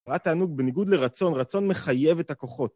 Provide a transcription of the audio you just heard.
רעת הענוג בניגוד לרצון, רצון מחייב את הכוחות.